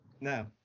No